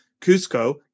Cusco